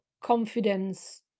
confidence